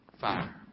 fire